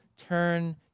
Turn